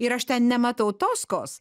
ir aš ten nematau toskos